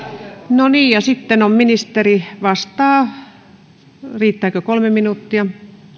no niin ja sitten ministeri vastaa riittääkö kolme minuuttia